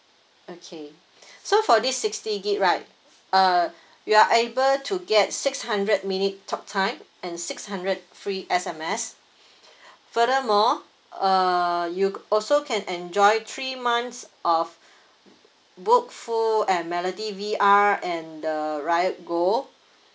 okay so for this sixty G_B right uh you are able to get six hundred minute talk time and six hundred free sms furthermore uh you also can enjoy three months of bookful and melodyV_R and the riot goal